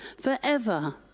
forever